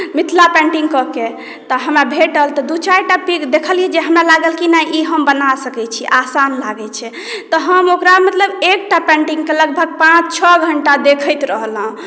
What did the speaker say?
Mithila painting कऽ कऽ तऽ हमरा भेटल तऽ दू चारिटा देखलियै जे हमरा लागल कि नहि ई हम बना सकैत छी आसान लागैत छै तऽ हम ओकरा मतलब एकटा पेंटिंगक लगभग पाँच छओ घण्टा देखैत रहलहुँ